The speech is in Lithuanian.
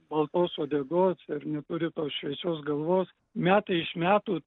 baltos uodegos ir neturi tos šviesios galvos metai iš metų